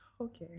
Okay